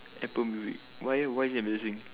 apple music why why is it amazing